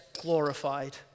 glorified